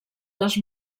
les